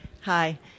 Hi